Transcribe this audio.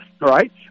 Right